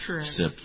SIP